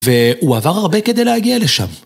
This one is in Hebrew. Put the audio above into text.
‫והוא עבר הרבה כדי להגיע לשם.